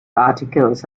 articles